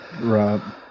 Right